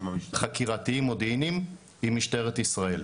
חקירתיים מודיעיניים עם משטרת ישראל.